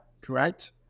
correct